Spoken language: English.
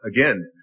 Again